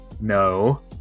No